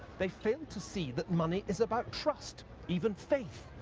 they failed to see that money is about trust even faith.